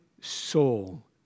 soul